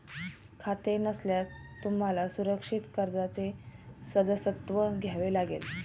खाते नसल्यास तुम्हाला सुरक्षित कर्जाचे सदस्यत्व घ्यावे लागेल